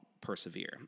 persevere